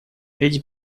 эти